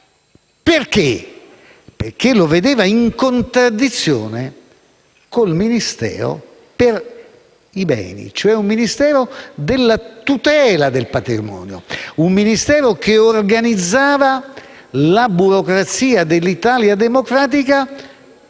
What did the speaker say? ciò perché lo vedeva in contraddizione con il Ministero per i beni, cioè un Ministero della tutela del patrimonio, un Ministero che organizzava la burocrazia dell'Italia democratica